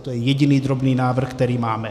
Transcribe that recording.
To je jediný drobný návrh, který máme.